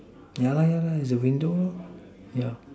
yeah lah yeah lah the window